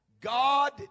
god